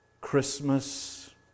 Christmas